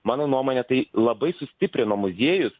mano nuomone tai labai sustiprino muziejus